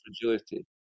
fragility